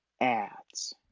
ads